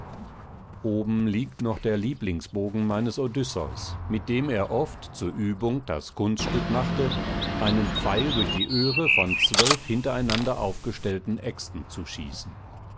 oben liegt noch der lieblingsbogen meines odysseus mit dem er oft zur übung das kunststück machte einen pfeil durch die öhre von zwölf hintereinander aufgestellten äxten zu schießen